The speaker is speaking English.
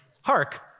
hark